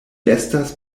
estas